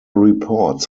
reports